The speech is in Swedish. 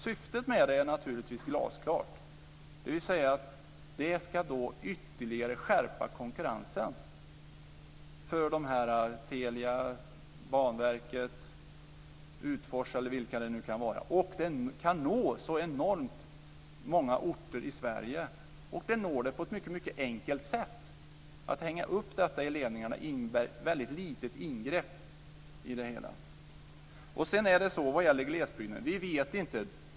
Syftet med det här är naturligtvis glasklart, dvs. att det ytterligare ska skärpa konkurrensen mellan Telia, Banverket, Utfors eller vilka det nu kan vara. Och det här kan nå så enormt många orter i Sverige på ett mycket enkelt sätt. Att hänga upp detta i ledningarna innebär ett väldigt litet ingrepp i det hela. När det gäller glesbygden vet vi inte.